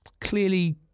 clearly